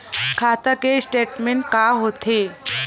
खाता के स्टेटमेंट का होथे?